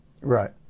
Right